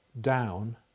down